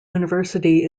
university